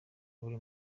buri